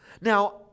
Now